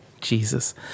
Jesus